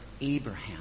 Abraham